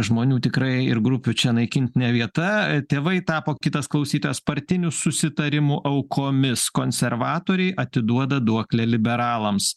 žmonių tikrai ir grupių čia naikint ne vieta tėvai tapo kitas klausytojas partinių susitarimų aukomis konservatoriai atiduoda duoklę liberalams